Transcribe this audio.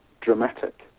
dramatic